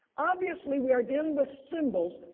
obviously we are dealing with symbols,